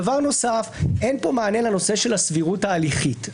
דבר נוסף, אין פה מענה לנושא של הסבירות ההליכית.